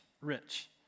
rich